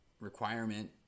requirement